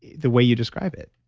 the way you describe it?